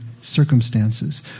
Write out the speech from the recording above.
circumstances